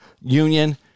union